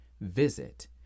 visit